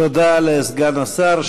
תודה לסגן השר.